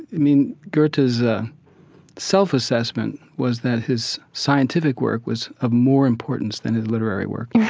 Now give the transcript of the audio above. i mean, goethe's ah self-assessment was that his scientific work was of more importance than his literary work yeah